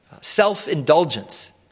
self-indulgence